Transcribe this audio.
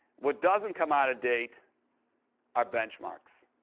what doesn't come out of date are benchmarks.